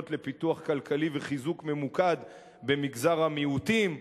לפיתוח כלכלי וחיזוק ממוקד במגזר המיעוטים,